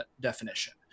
definition